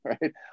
right